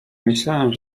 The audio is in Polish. myślałem